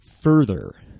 Further